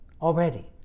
already